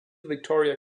victoria